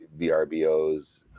VRBOs